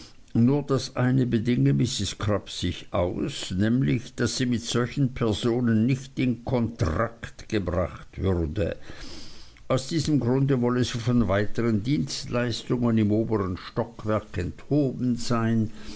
nur das eine bedinge mrs crupp sich aus nämlich daß sie mit solchen personen nicht in kontrakt gebracht würde aus diesem grunde wolle sie von weitern dienstleistungen im obern stockwerk enthoben sein